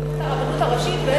לקעקע את הרבנות הראשית?